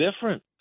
different